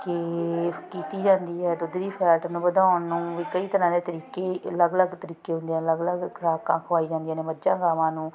ਕਿ ਕੀਤੀ ਜਾਂਦੀ ਹੈ ਦੁੱਧ ਦੀ ਫੈਟ ਨੂੰ ਵਧਾਉਣ ਨੂੰ ਵੀ ਕਈ ਤਰ੍ਹਾਂ ਦੇ ਤਰੀਕੇ ਅਲੱਗ ਅਲੱਗ ਤਰੀਕੇ ਹੁੰਦੇ ਆ ਅਲੱਗ ਅਲੱਗ ਖੁਰਾਕਾਂ ਖਵਾਈਆਂ ਜਾਂਦੀਆਂ ਨੇ ਮੱਝਾ ਗਾਵਾਂ ਨੂੰ